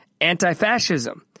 anti-fascism